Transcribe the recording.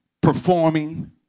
performing